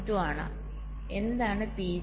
02 ആണ് എന്താണ് PG